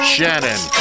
Shannon